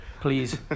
please